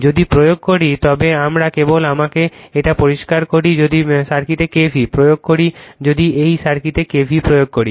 যদি প্রয়োগ করি তবে আমরা কেবল আমাকে এটি পরিষ্কার করি যদি সার্কিটে K v l প্রয়োগ করি যদি এই সার্কিটে K v l প্রয়োগ করি